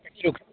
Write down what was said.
रुक